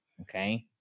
Okay